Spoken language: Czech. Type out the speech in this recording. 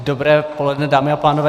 Dobré poledne, dámy a pánové.